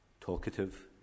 talkative